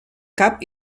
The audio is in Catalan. cap